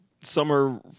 summer